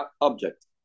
object